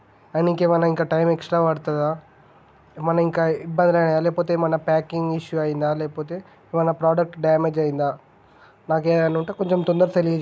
అయిన ఇంకా ఏమైనా ఇంకా టైం ఎక్స్ట్రా పడుతుందా ఇంకా ఏమైనా ఇబ్బందా లేకపోతే ప్యాకింగ్ ఇష్యూ అయ్యిందా లేకపోతే ప్రొడక్ట్ డామేజ్ అయ్యిందా నాకు ఏమైనా ఉంటే కొంచెం తొందర తెలియజేయండి